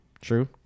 True